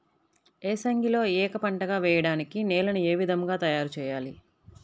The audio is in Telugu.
ఏసంగిలో ఏక పంటగ వెయడానికి నేలను ఏ విధముగా తయారుచేయాలి?